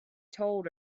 told